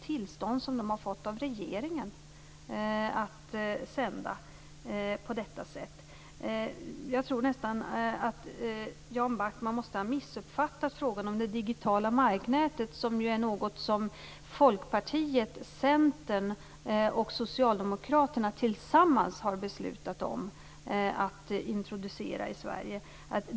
Bolaget har av regeringen fått ett tillstånd att sända på detta sätt. Jag tror nästan att Jan Backman måste ha missuppfattat frågan om det digitala marknätet, som är något som Folkpartiet, Centern och Socialdemokraterna tillsammans har beslutat om att introducera i Sverige.